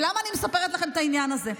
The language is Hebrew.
ולמה אני מספרת לכם את העניין הזה?